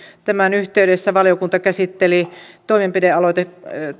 tämän yhteydessä valiokunta käsitteli toimenpidealoitteen